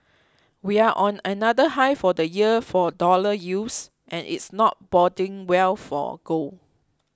we're on another high for the year for dollar yields and it's not boding well for gold